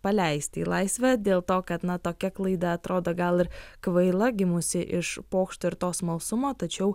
paleisti į laisvę dėl to kad na tokia klaida atrodo gal ir kvaila gimusi iš pokšto ir to smalsumo tačiau